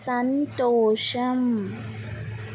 సంతోషం